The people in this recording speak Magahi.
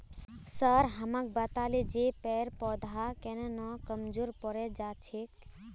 सर हमाक बताले जे पेड़ पौधा केन न कमजोर पोरे जा छेक